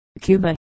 Cuba